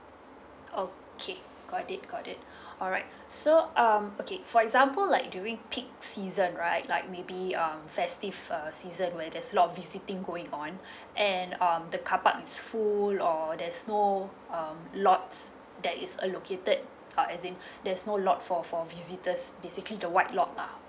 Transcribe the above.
okay got it got it alright so um okay for example like during peak season right like maybe um festive uh season where there's a lot of visiting going on and um the carpark it's full or there's no um lots that is uh located uh as in there's no lot for for visitors basically the white lot lah